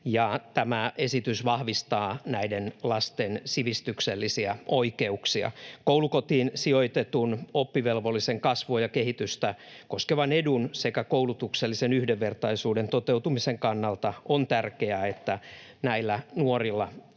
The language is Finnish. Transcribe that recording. tämä esitys vahvistaa näiden lasten sivistyksellisiä oikeuksia. Koulukotiin sijoitetun oppivelvollisen kasvua ja kehitystä koskevan edun sekä koulutuksellisen yhdenvertaisuuden toteutumisen kannalta on tärkeää, että näillä nuorilla